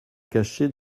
cacher